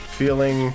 feeling